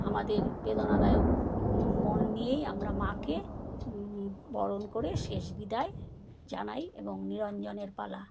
আমাদের বেদনাদায়ক মন নিয়েই আমরা মাকে বরণ করে শেষ বিদায় জানাই এবং নিরঞ্জনের পালা